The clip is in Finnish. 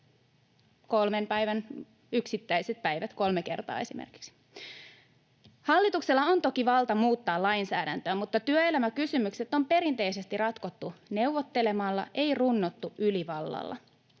Kolme päivää?] — Yksittäiset päivät esimerkiksi kolme kertaa. Hallituksella on toki valta muuttaa lainsäädäntöä, mutta työelämäkysymykset on perinteisesti ratkottu neuvottelemalla, ei runnottu ylivallalla.